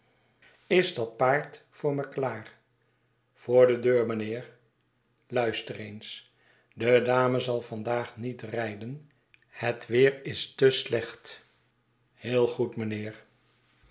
is dat paard voor me klaar voor de deur mijnheer luister eens de dame zal vandaag niet rijden het weer is te slecht heel goed mijnheer